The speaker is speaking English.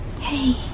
Hey